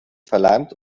verleimt